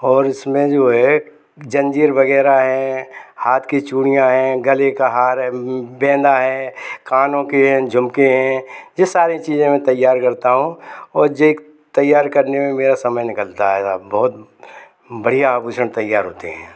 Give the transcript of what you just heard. और इसमें जो है जंजीर वगैरह हैं हाथ की चूड़ियाँ हैं गले का हार हैं बैंदा है कानों के झुमके हैं ये सारी चीजें मैं तैयार करता हूँ और ये तैयार करने में मेरा समय निकलता है साहब बहुत बढ़िया आभूषण तैयार होते हैं यहाँ